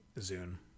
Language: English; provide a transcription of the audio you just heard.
Zoom